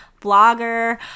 Blogger